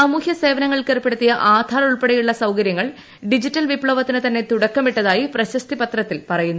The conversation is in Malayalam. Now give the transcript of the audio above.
സാമൂഹ്യസേവനങ്ങൾക്ക് ഏർപ്പെട്ടുത്തിയ ആധാർ ഉൾപ്പെടെയുള്ള സൌകര്യങ്ങൾ ഡിജിറ്റൽ വിപ്ലവിത്തിന് തന്നെ തുടക്കമിട്ടതായി പ്രശസ്തി പത്രത്തിൽ പറയുന്നു